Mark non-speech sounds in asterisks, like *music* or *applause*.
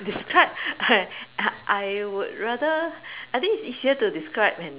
describe *laughs* I I would rather I think it's easier to describe an